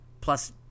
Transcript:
Plus